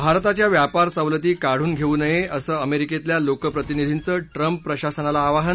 भारताच्या व्यापार सवलती काढून घेऊ नये असं अमेरिकेतल्या लोकप्रतिनिधींचं ट्रंप प्रशासनाला आवाहन